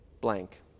blank